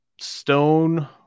Stone